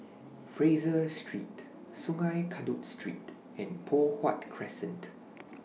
Fraser Street Sungei Kadut Street and Poh Huat Crescent